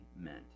meant